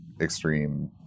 extreme